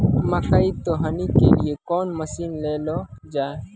मकई तो हनी के लिए कौन मसीन ले लो जाए?